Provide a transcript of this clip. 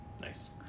Nice